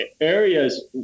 areas